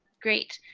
great.